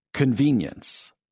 convenience